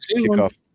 kickoff